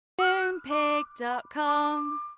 Moonpig.com